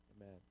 Amen